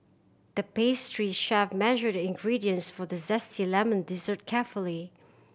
the pastry chef measured the ingredients for the zesty lemon dessert carefully